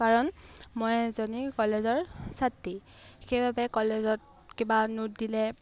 কাৰণ মই এজনী কলেজৰ ছাত্ৰী সেইবাবে কলেজত কিবা নোট দিলে